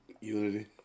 Unity